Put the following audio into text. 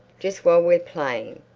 just while we're playing.